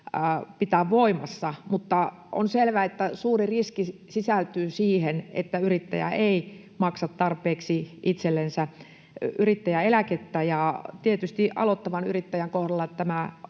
vuoden ajalta. Mutta on selvää, että suuri riski sisältyy siihen, että yrittäjä ei maksa itsellensä tarpeeksi yrittäjäeläkettä. Ja tietysti aloittavan yrittäjän kohdalla tämä